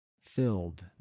filled